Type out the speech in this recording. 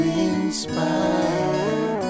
inspire